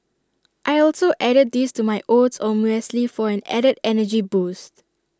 I also added these to my oats or muesli for an added energy boost